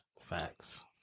Facts